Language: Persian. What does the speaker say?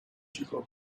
چیکار